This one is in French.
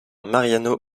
mariano